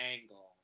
angle